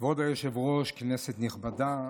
כבוד היושב-ראש, כנסת נכבדה,